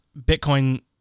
Bitcoin